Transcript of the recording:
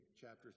chapter